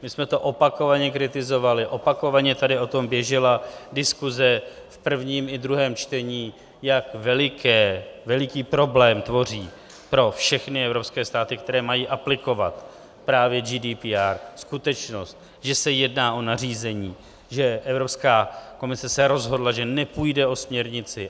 My jsme to opakovaně kritizovali, opakovaně tady o tom běžela diskuse v prvním i druhém čtení, jak veliký problém tvoří pro všechny evropské státy, které mají aplikovat právě GDPR, skutečnost, že se jedná o nařízení, že Evropská komise se rozhodla, že nepůjde o směrnici.